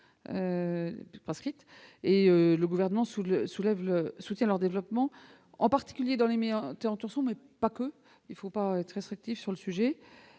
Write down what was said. Le Gouvernement soutient leur développement, en particulier dans les métiers en tension, mais pas que. Il ne faut pas être restrictif sur le sujet.